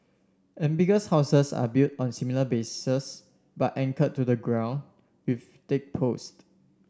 amphibious houses are built on similar bases but anchored to the ground with thick post